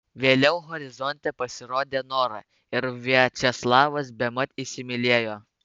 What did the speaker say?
vėliau horizonte pasirodė nora ir viačeslavas bemat įsimylėjo